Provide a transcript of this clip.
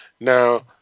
Now